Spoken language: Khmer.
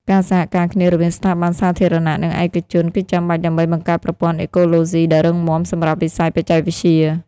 ការសហការគ្នារវាងស្ថាប័នសាធារណៈ និងឯកជនគឺចាំបាច់ដើម្បីបង្កើតប្រព័ន្ធអេកូឡូស៊ីដ៏រឹងមាំសម្រាប់វិស័យបច្ចេកវិទ្យា។